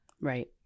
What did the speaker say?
right